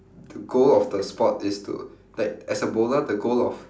the goal of the sport is to like as a bowler the goal of